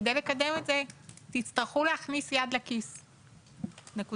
כדי לקדם את זה תצטרכו להכניס יד לכיס, נקודה.